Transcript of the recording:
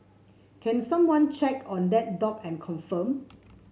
can someone check on that dog and confirm